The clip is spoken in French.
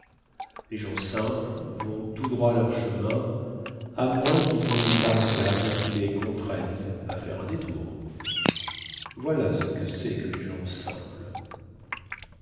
les gens simples vont tout droit leur chemin à moins quil ny ait une barricade qui les contraigne à faire un détour voilà ce que cest que les gens simples